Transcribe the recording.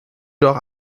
doch